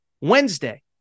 Wednesday